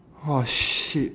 !wah! shit